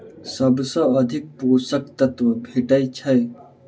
सबसँ अधिक पोसक तत्व भेटय छै?